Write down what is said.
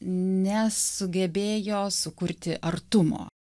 nesugebėjo sukurti artumo